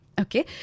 Okay